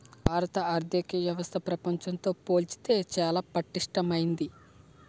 భారత ఆర్థిక వ్యవస్థ ప్రపంచంతో పోల్చితే చాలా పటిష్టమైంది